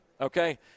okay